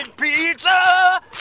Pizza